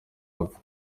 arapfa